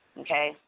okay